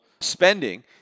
spending